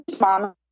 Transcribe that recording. mom